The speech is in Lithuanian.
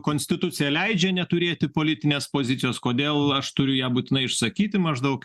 konstitucija leidžia neturėti politinės pozicijos kodėl aš turiu ją būtinai išsakyti maždaug